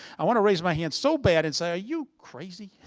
i want to raise my hand so bad and say, are you crazy?